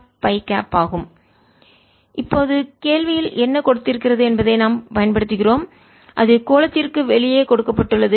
S R62sinθ3r50 இப்போதுகேள்வியில் என்ன கொடுத்திருக்கிறது என்பதை நாம் பயன்படுத்துகிறோம் அது கோளத்திற்கு வெளியே கொடுக்கப்பட்டுள்ளது